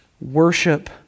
worship